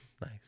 Nice